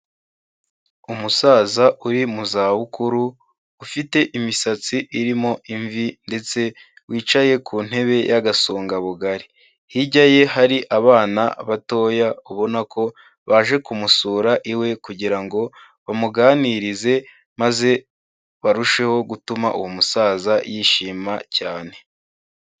Umusaza uri mu zabukuru ufite imisatsi irimo imvi ndetse wicaye ku ntebe y'agasongabugari, hirya ye hari abana batoya ubona ko baje kumusura iwe kugira ngo bamuganirize maze barusheho gutuma uwo musaza yishima cyane.